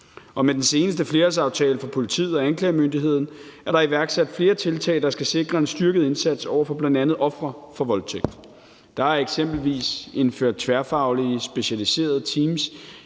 Med den seneste flerårsaftale for politiet og anklagemyndigheden er der iværksat flere tiltag, der skal sikre en styrket indsats over for bl.a. ofre for voldtægt. Der er eksempelvis indført tværfaglige specialiserede teams